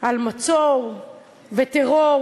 על מצור וטרור.